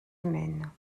humaines